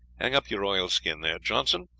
hang up your oilskin there. johnson,